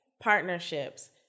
partnerships